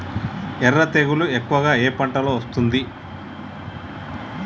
ఎర్ర తెగులు ఎక్కువగా ఏ పంటలో వస్తుంది?